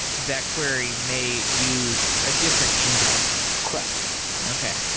that query may use a different index. correct okay.